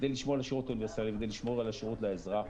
כדי לשמור על השירות האוניברסלי וכדי לשמור על השירות לאזרח,